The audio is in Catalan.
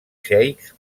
xeics